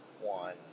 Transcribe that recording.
one